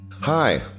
Hi